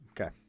Okay